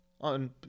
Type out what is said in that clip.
on